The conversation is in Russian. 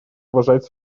уважать